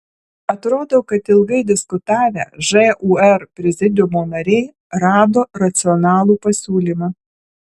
atrodo kad ilgai diskutavę žūr prezidiumo nariai rado racionalų pasiūlymą